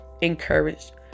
encouraged